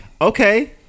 Okay